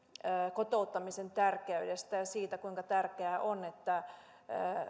kotouttamisen tärkeydestä ja siitä kuinka tärkeää on että